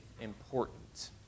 important